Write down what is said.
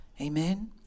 Amen